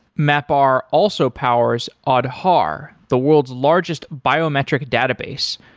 mapr also powers aadhaar, the world's largest biometric database,